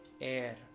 air